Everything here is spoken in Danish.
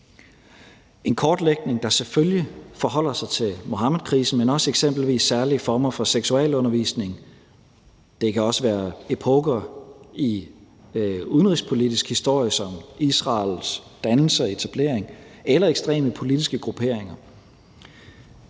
en kortlægning, der selvfølgelig forholder sig til Muhammedkrisen, men også eksempelvis til særlige former for seksualundervisning; det kan også handle om epoker i udenrigspolitisk historie som Israels dannelse og etablering eller ekstreme politiske grupperinger.